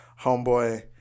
Homeboy